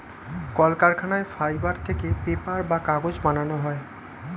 কলকারখানায় ফাইবার থেকে পেপার বা কাগজ বানানো হয়